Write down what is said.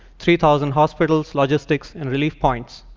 three thousand hospitals, logistics and relief points.